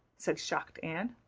said shocked anne.